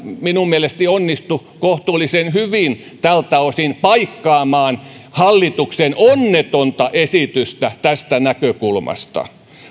minun mielestäni onnistui kohtuullisen hyvin tältä osin paikkaamaan hallituksen onnetonta esitystä tästä näkökulmasta